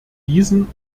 diesen